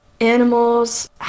Animals